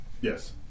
Yes